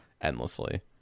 endlessly